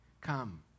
come